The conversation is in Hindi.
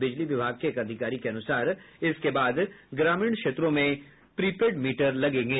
बिजली विभाग के एक अधिकारी के अनुसार इसके बाद ग्रामीण क्षेत्रों में मीटर लगेंगे